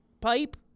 pipe